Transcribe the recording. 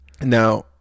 Now